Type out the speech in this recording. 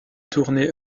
tournée